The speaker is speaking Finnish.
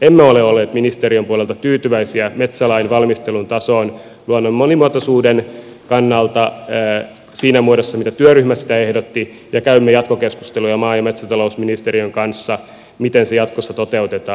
emme ole olleet ministeriön puolelta tyytyväisiä metsälain valmistelun tasoon luonnon monimuotoisuuden kannalta siinä muodossa mitä työryhmä ehdotti ja käymme jatkokeskusteluja maa ja metsätalousministeriön kanssa miten se jatkossa toteutetaan